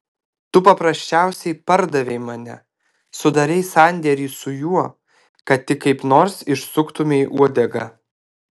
tu paprasčiausiai pardavei mane sudarei sandėrį su juo kad tik kaip nors išsuktumei uodegą